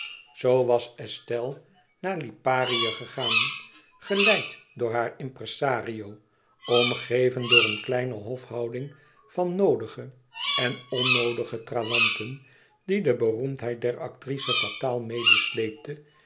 zoo was estelle naar liparië gegaan geleid door haar impresario omgeven door een kleine hofhouding van noodige en onnoodige trawanten die de beroemdheid der actrice fataal